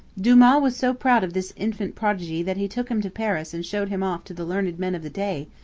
dumas was so proud of this infant prodigy that he took him to paris and showed him off to the learned men of the day,